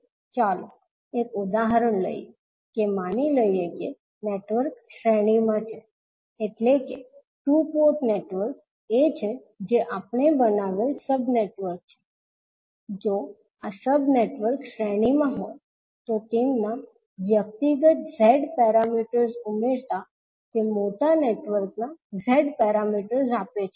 ચાલો એક ઉદાહરણ લઈએ કે માની લઈએ કે નેટવર્ક શ્રેણીમાં છે એટલે કે ટુ પોર્ટ નેટવર્ક્સ એ છે જે આપણે બનાવેલ સબ નેટવર્ક્સ છે જો આ સબ નેટવર્ક્સ શ્રેણીમાં હોય તો તેમના વ્યક્તિગત Z પેરામીટર્સ ઉમેરતા તે મોટા નેટવર્ક ના Z પેરામીટર્સ આપે છે